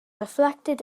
reflected